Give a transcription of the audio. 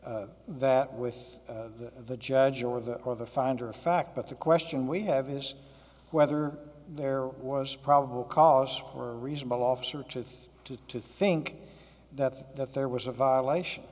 that with the judge or the finder of fact but the question we have is whether there was probable cause for a reasonable officer to to to think that that there was a violation